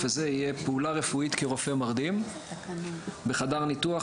הזה יהיה: "פעולה רפואית כרופא מרדים בחדר ניתוח,